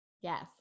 Yes